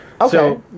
Okay